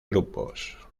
grupos